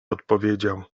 odpowiedział